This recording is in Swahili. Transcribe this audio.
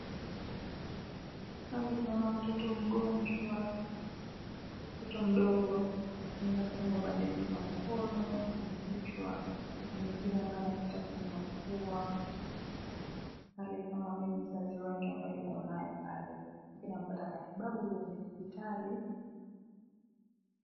Pale tunaona mtoto mgonjwa. Mtoto mdogo ameweza kufungwa bandeji kwa mkono, kwenye kichwa na mipira ambayo inapita kwenye mapua. Pale ama mbele mzazi wake ambaye yukonaye pale akiwa anapata matibabu kwenye hospitali.